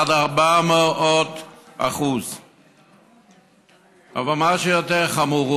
עד 400%. אבל מה שיותר חמור הוא,